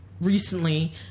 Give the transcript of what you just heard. recently